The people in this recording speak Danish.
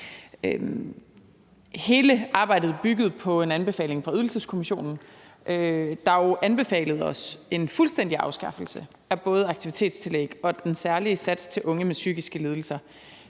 Hele arbejdet bygger på en anbefaling fra Ydelseskommissionen, der jo anbefalede os en fuldstændig afskaffelse af både aktivitetstillægget og den særlige sats til unge med psykiske lidelser.